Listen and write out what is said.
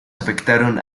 afectaron